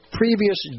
previous